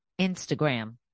Instagram